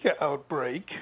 outbreak